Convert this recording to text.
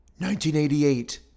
1988